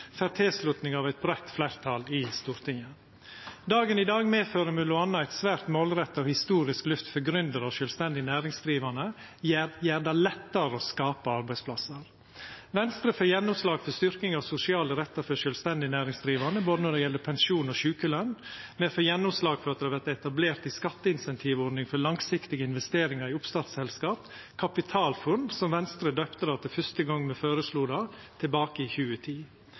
får tilslutning av eit breitt fleirtal i Stortinget. Dagen i dag medfører m.a. eit svært målretta historisk løft for gründarar og sjølvstendig næringsdrivande, og gjer det lettare å skapa arbeidsplassar. Venstre får gjennomslag for styrking av sosiale rettar for sjølvstendig næringsdrivande når det gjeld både pensjon og sjukeløn. Me får gjennomslag for at det vert etablert ei skatteincentivordning for langsiktige investeringar i oppstartselskap – «Kapitalfunn», som Venstre døypte det den første gongen me føreslo det, tilbake i 2010.